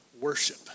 worship